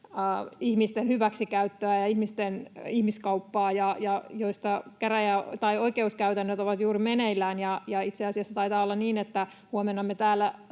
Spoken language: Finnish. ihmisten hyväksikäyttöä ja ihmiskauppaa, joista oikeuskäsittelyt ovat juuri meneillään, ja itse asiassa taitaa olla niin, että huomenna me täällä